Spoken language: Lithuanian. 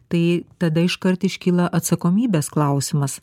tai tada iškart iškyla atsakomybės klausimas